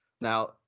now